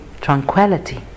tranquility